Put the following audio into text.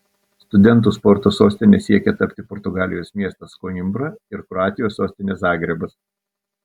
studentų sporto sostine siekia tapti portugalijos miestas koimbra ir kroatijos sostinė zagrebas